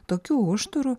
tokių užtvarų